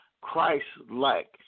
Christ-like